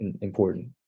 important